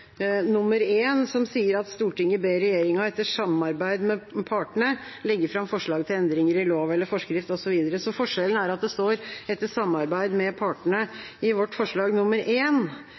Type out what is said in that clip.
som sier: «Stortinget ber regjeringen etter samarbeid med partene, legge frem forslag til endringer i lov eller forskrift » osv. Forskjellen er at det står «etter samarbeid med partene» i vårt forslag nr. 1. Jeg vet ikke helt om det kanskje bare er en